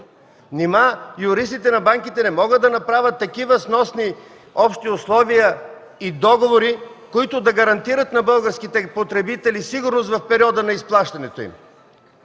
Нима юристите на банките не могат да направят такива сносни общи условия и договори, които да гарантират на българските потребители сигурност в периода на изплащането?!